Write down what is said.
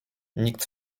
nikt